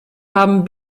haben